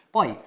Poi